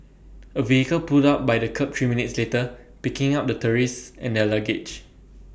A vehicle pulled up by the kerb three minutes later picking up the tourists and their luggage